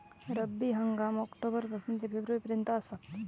रब्बी हंगाम ऑक्टोबर पासून ते फेब्रुवारी पर्यंत आसात